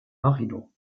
marino